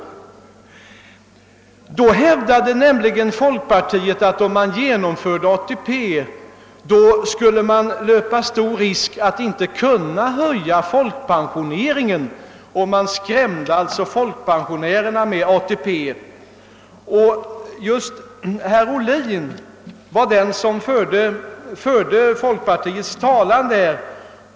Ty då hävdade folkpartiet, att om vi genomförde ATP löpte vi stor risk att inte kunna höja folk pensionerna. Man skrämde alltså folkpensionärerna med ATP. Och just herr Oblin var den som då förde folkpartiets talan.